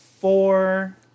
four